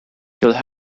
you’ll